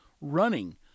running